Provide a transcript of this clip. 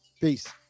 Peace